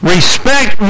Respect